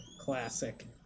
Classic